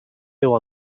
will